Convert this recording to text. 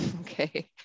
okay